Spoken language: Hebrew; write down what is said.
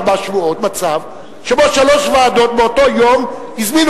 ארבעה שבועות מצב שבו שלוש ועדות באותו יום הזמינו